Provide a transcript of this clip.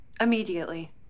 immediately